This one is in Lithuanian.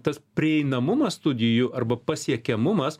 tas prieinamumas studijų arba pasiekiamumas